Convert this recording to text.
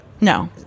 No